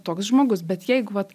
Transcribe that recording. toks žmogus bet jeigu vat